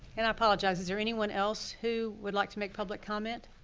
and i apologize, is there anyone else who would like to make public comment?